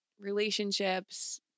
relationships